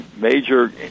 major